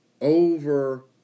over